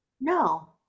No